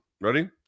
Ready